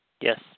Yes